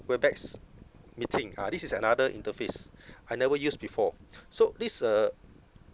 Webex meeting ah this is another interface I never use before so this uh